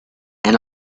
and